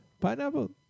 Pineapple